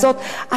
אתה ידעת את זה?